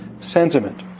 sentiment